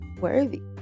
worthy